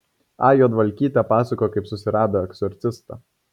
a juodvalkytė pasakojo kaip susirado egzorcistą